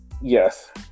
Yes